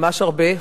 ממש הרבה,